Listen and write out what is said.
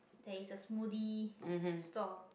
there is a smoothie store